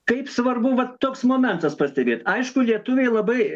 kaip svarbu vat toks momentas pastebėt aišku lietuviai labai